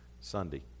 Sunday